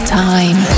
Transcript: time